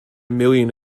million